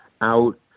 out